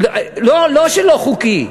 לא לא-חוקי,